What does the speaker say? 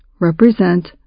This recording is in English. represent